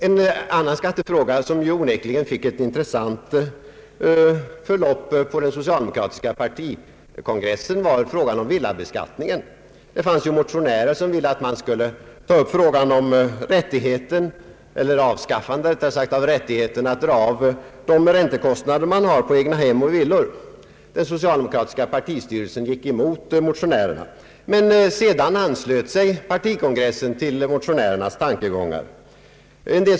En annan skattefråga som onekligen fick ett intressant förlopp på den socialdemokratiska partikongressen var frågan om villabeskattningen. Det fanns ju motionärer som ville att man skulle ta upp frågan om avskaffande av rättigheten att dra av de räntekostnader man har på egnahem och villor. Den socialdemokratiska partistyrelsen gick emot motionärerna. Men sedan anslöt sig partikongressen till motionärernas tankegångar.